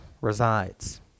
resides